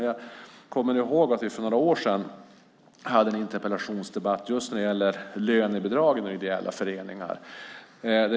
Jag kommer ihåg att vi för några år sedan hade en interpellationsdebatt just när det gäller lönebidragen och ideella föreningar.